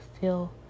feel